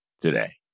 today